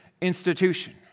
institution